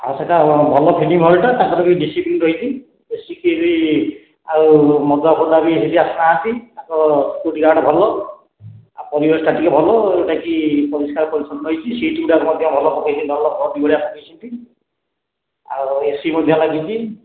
ଆଉ ସେଟା ଭଲ ଫିଲ୍ମ ହଲ୍ ଟା ତାଙ୍କର ବି ଡିସିପ୍ଲିନ୍ ରହିଛି ବେଶିକିରି ଆଉ ମଦୁଆଫଦୁଆ ବି ଏଠିକି ଆସୁନାହାନ୍ତି ତାଙ୍କ ସିକ୍ୟୁରିଟି ଗାର୍ଡ଼ ଭଲ ଆଉ ପରିବେଶଟା ଟିକେ ଭଲ ଯୋଉଟା କି ପରିଷ୍କାର ପରିଚ୍ଛନ୍ନ ରହିଛି ସିଟ୍ ଗୁଡ଼ା ମଧ୍ୟ ଭଲ ପକେଇଛି ଡନ୍ଲପ୍ ଗଦି ଭଳିଆ ପକେଇଛନ୍ତି ଆଉ ଏସି ମଧ୍ୟ ଲାଗିଛି